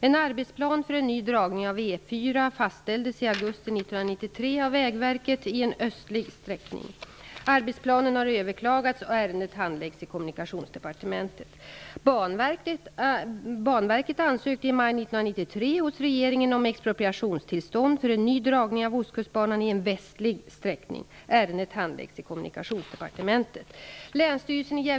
En arbetsplan för en ny dragning av E 4 i en östlig sträckning fastställdes i augusti 1993 av Vägverket. Arbetsplanen har överklagats, och ärendet handläggs i Kommunikationsdepartementet.